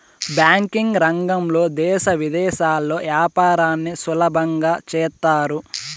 banking రంగంలో దేశ విదేశాల్లో యాపారాన్ని సులభంగా చేత్తారు